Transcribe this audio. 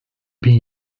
bin